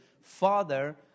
Father